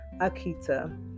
Akita